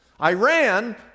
Iran